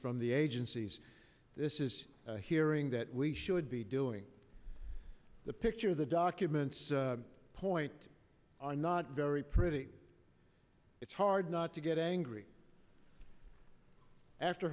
from the agencies this is a hearing that we should be doing the picture the documents point are not very pretty it's hard not to get angry after